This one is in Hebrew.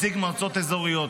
נציג מועצות אזוריות,